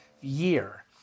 year